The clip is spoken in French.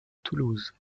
toulouse